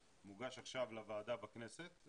מוגש עכשיו לוועדה בכנסת,